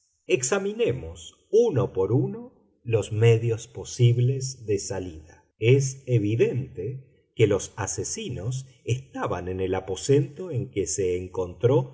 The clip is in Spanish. examinemos uno por uno los medios posibles de salida es evidente que los asesinos estaban en el aposento en que se encontró